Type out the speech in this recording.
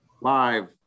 live